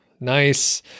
Nice